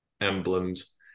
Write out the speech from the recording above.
emblems